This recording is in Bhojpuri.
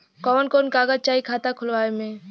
कवन कवन कागज चाही खाता खोलवावे मै?